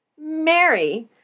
Mary